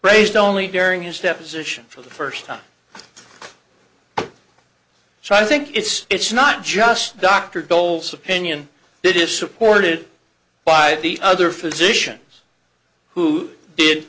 raised only during his deposition for the first time so i think it's not just dr dole's opinion it is supported by the other physicians who did